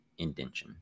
indention